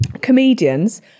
Comedians